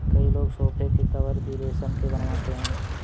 कई लोग सोफ़े के कवर भी रेशम के बनवाते हैं